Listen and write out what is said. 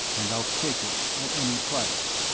and i'll take it at any price.